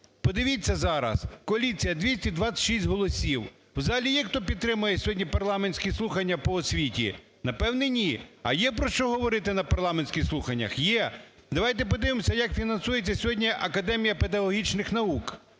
Подивіться зараз, коаліція 226 голосів. В залі є, хто підтримує сьогодні парламентські слухання по освіті? Напевно, ні. А є про що говорити на парламентських слуханнях? Є. Давайте подивимося, як фінансується сьогодні Академія педагогічних наук.